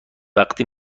وقتی